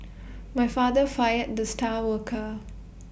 my father fired the star worker